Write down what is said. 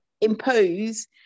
impose